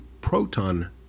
proton